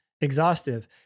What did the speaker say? exhaustive